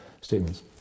statements